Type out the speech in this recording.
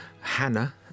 Hannah